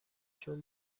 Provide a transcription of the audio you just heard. چون